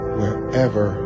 wherever